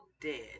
dead